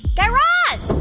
guy raz